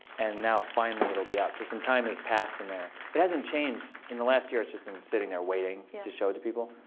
and now finally it will be out. so some time has passed in there. it hasn't changed in the last year. it's just been sitting there waiting to show it to people.